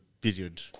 period